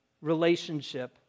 relationship